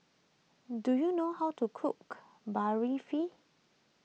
do you know how to cook